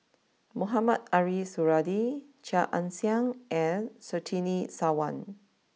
Mohamed Ariff Suradi Chia Ann Siang and Surtini Sarwan